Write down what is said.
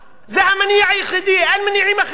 זה המניע היחידי, אין מניעים אחרים,